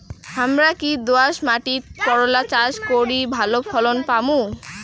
হামরা কি দোয়াস মাতিট করলা চাষ করি ভালো ফলন পামু?